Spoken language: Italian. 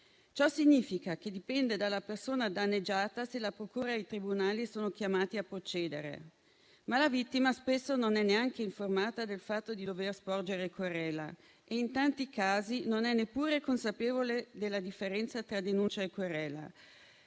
Ciò significa che dipende dalla persona danneggiata se la procura e i tribunali sono chiamati a procedere, ma la vittima spesso non è neanche informata del fatto di dover sporgere querela e in tanti casi non è neppure consapevole della differenza tra denuncia e querela.